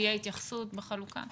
תהיה התייחסות בחלוקה?